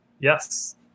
Yes